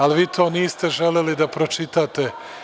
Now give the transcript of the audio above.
Ali, vi to niste želeli da pročitate.